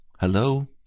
hello